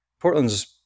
Portland's